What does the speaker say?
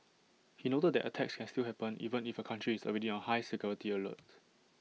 he noted that attacks can still happen even if A country is already on high security alert